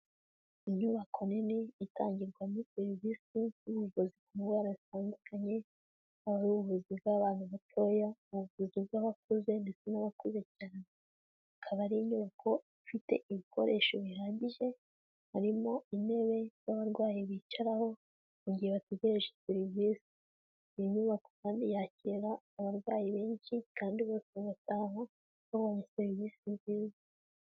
Inyubako nini itangirwamo serivise y'ubuguzi ku ndwara zitandukanye, yaba ari ubuvuzi bw'abantu batoya, ubuvuzi bw'abakuze, ndetse n'abakuze cyane. Ikaba ari inyubako ifite ibikoresho bihagije, harimo intebe z'abarwayi bicaraho, mu gihe bategereje serivisi. Iyi nyubako kandi yakira abarwayi benshi, kandi bose bagataha babonye serivise nziza.